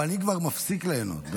אבל אני כבר מפסיק ליהנות.